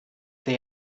they